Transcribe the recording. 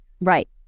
right